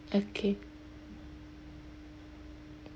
okay